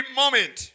moment